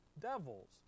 devils